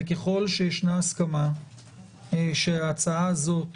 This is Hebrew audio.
וככל שישנה הסכמה שההצעה הזאת